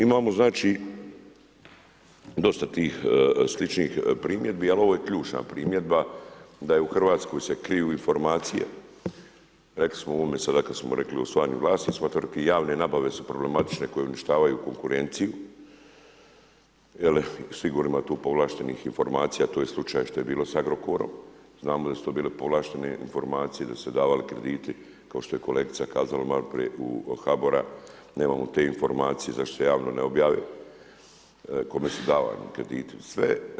Imamo znači dosta tih sličnih primjedbi ali ovo je ključna primjedba da u Hrvatskoj se kriju informacije, rekli smo u ovome sada kada smo rekli u usvajanju vlasništva tvrtki i javne nabave su problematične koje uništavaju konkurenciju jer sigurno ima tu povlaštenih informacija, tu je slučaj što je bilo sa Agrokorom, znamo da su to bile povlaštene informacije, da su se davali krediti, kao što je kolegica kazala maloprije u HBOR-a nemamo te informacije, zašto se javno ne objave kome su davani krediti sve.